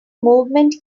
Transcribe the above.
movement